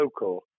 local